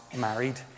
married